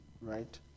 right